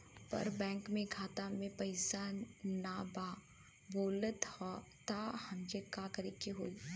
पर बैंक मे खाता मे पयीसा ना बा बोलत हउँव तब हमके का करे के होहीं?